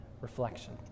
reflection